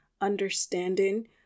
understanding